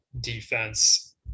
defense